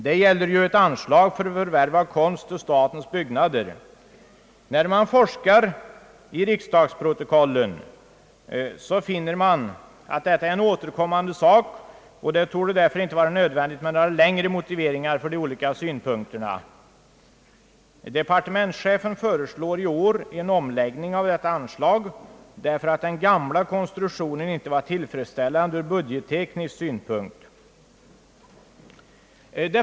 Det gäller anslag till förvärv av konst till statens byggnader. När man forskar i riksdagsprotokollen finner man att detta är en återkommande fråga. Det torde därför inte vara nödvändigt med några längre motiveringar för de olika synpunkterna. Departementschefen föreslår i år en omläggning av detta anslag därför att den gamla konstruktionen inte var till fredsställande ur budgetteknisk synpunkt.